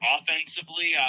Offensively